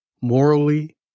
morally